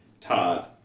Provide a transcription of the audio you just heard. Todd